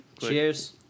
Cheers